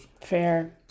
Fair